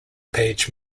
page